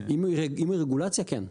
אם היא רגולציה כן.